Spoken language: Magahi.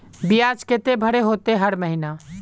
बियाज केते भरे होते हर महीना?